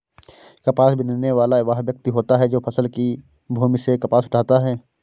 कपास बीनने वाला वह व्यक्ति होता है जो फसल की भूमि से कपास उठाता है